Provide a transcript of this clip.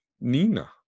nina